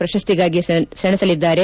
ಪ್ರಶಸ್ತಿಗಾಗಿ ಸೆಣಸಲಿದ್ದಾರೆ